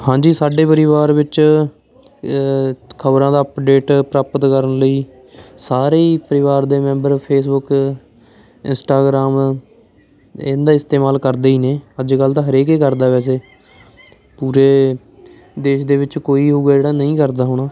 ਹਾਂਜੀ ਸਾਡੇ ਪਰਿਵਾਰ ਵਿੱਚ ਖਬਰਾਂ ਦਾ ਅਪਡੇਟ ਪ੍ਰਾਪਤ ਕਰਨ ਲਈ ਸਾਰੇ ਹੀ ਪਰਿਵਾਰ ਦੇ ਮੈਂਬਰ ਫੇਸਬੁੱਕ ਇੰਸਟਾਗ੍ਰਾਮ ਇਹਦਾ ਇਸਤੇਮਾਲ ਕਰਦੇ ਹੀ ਨੇ ਅੱਜ ਕੱਲ੍ਹ ਤਾਂ ਹਰੇਕ ਏ ਕਰਦਾ ਵੈਸੇ ਪੂਰੇ ਦੇਸ਼ ਦੇ ਵਿੱਚ ਕੋਈ ਹੋਊਗਾ ਜਿਹੜਾ ਨਹੀਂ ਕਰਦਾ ਹੋਣਾ